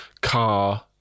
car